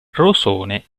rosone